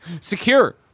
secure